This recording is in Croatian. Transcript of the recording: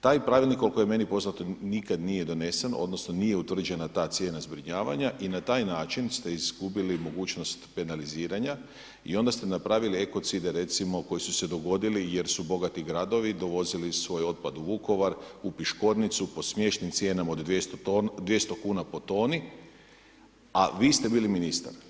Taj pravilnik koliko je meni poznato, nikad nije donesen odnosno nije utvrđena ta cijena zbrinjavanja i na taj način ste izgubili mogućnost penaliziranja i onda ste napravili ekocide recimo koji su se dogodili jer su bogati gradovi dovozili svoj otpad u Vukovar, u Piškornicu, po smiješnim cijenama od 200 kn po toni a vi ste bili ministar.